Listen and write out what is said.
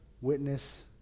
witness